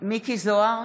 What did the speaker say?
מכלוף מיקי זוהר,